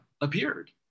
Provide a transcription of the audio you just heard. appeared